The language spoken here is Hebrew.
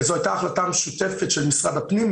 זו הייתה החלטה משותפת של משרד הפנים,